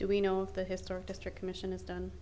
do we know the historic district commission has done